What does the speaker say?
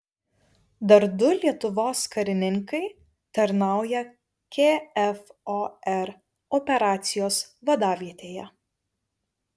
dar du lietuvos karininkai tarnauja kfor operacijos vadavietėje